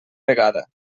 vegada